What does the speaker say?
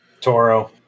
Toro